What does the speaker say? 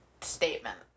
...statement